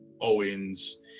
Owens